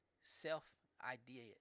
self-idea